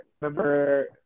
Remember